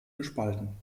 gespalten